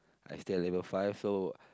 I stay at level five so